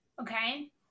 Okay